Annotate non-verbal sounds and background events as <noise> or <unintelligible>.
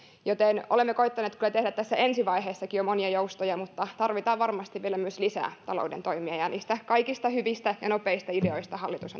joten olemme koettaneet kyllä tehdä tässä ensi vaiheessakin jo monia joustoja mutta tarvitaan varmasti vielä myös lisää talouden toimia ja niistä kaikista hyvistä ja nopeista ideoista hallitus <unintelligible>